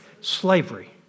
Slavery